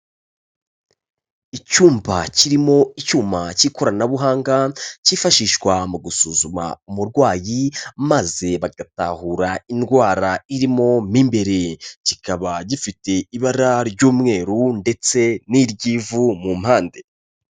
Icyumba kirimo icyuma cy'ikoranabuhanga cyifashishwa mu gusuzuma umurwayi maze bagatahura indwara irimo mo imbere, kikaba gifite ibara ry'umweru ndetse n'iry'ivu mu mpande.